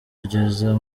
kugeza